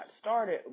started